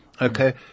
Okay